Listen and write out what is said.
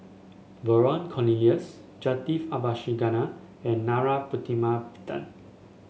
Vernon Cornelius Jacintha Abisheganaden and Narana Putumaippittan